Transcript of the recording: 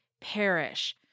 perish